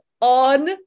on